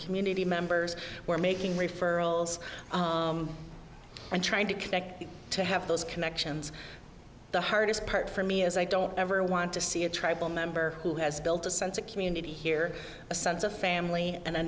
community men where making referrals and trying to connect to have those connections the hardest part for me is i don't ever want to see a tribal member who has built a sense of community here a sense of family and a